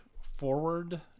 forward